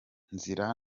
nzira